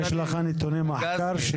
יש לך נתוני מחקר?